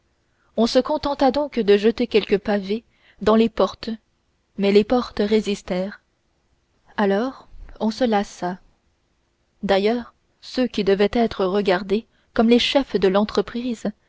on se contenta donc de jeter quelques pavés dans les portes mais les portes résistèrent alors on se lassa d'ailleurs ceux qui devaient être regardés comme les chefs de